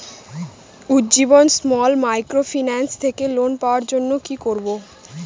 Ujjivan small microfinance থেকে loan পাওয়ার জন্য কি করব?